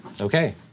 Okay